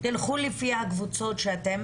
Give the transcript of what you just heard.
תלכו לפי הקבוצות שאתם